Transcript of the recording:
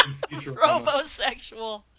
Robosexual